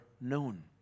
known